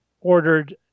ordered